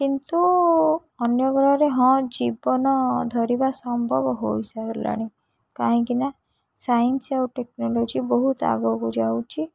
କିନ୍ତୁ ଅନ୍ୟ ଗ୍ରହରେ ହଁ ଜୀବନ ଧରିବା ସମ୍ଭବ ହୋଇସାରିଲାଣି କାହିଁକି ନା ସାଇନ୍ସ ଆଉ ଟେକ୍ନୋଲୋଜି ବହୁତ ଆଗକୁ ଯାଉଛି